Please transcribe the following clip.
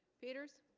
peters